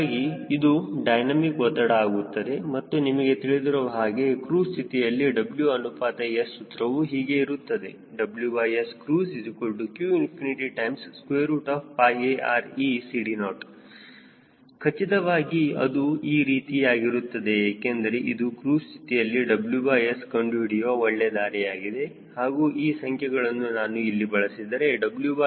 ಹೀಗಾಗಿ ಇದು ಡೈನಮಿಕ್ ಒತ್ತಡ ಆಗುತ್ತದೆ ಮತ್ತು ನಿಮಗೆ ತಿಳಿದಿರುವ ಹಾಗೆ ಕ್ರೂಜ್ ಸ್ಥಿತಿಯಲ್ಲಿ W ಅನುಪಾತ S ಸೂತ್ರವು ಹೀಗೆ ಇರುತ್ತದೆ WScruiseqAReCD0 ಖಚಿತವಾಗಿ ಅದು ಈ ರೀತಿಯಲ್ಲಿರುತ್ತದೆ ಏಕೆಂದರೆ ಇದು ಕ್ರೂಜ್ ಸ್ಥಿತಿಯಲ್ಲಿ WS ಕಂಡುಹಿಡಿಯುವ ಒಳ್ಳೆಯ ದಾರಿಯಾಗಿದೆ ಹಾಗೂ ಈ ಸಂಖ್ಯೆಗಳನ್ನು ನಾನು ಇಲ್ಲಿ ಬಳಸಿದರೆ WScruise3560